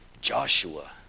Joshua